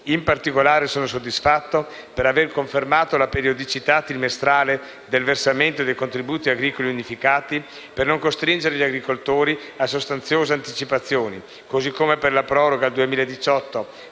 In particolare, sono soddisfatto per aver confermato la periodicità trimestrale del versamento dei contributi agricoli unificati per non costringere gli agricoltori a sostanziose anticipazioni, così come per la proroga al 2018